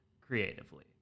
creatively